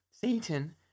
Satan